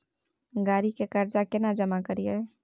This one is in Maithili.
गाड़ी के कर्जा केना जमा करिए?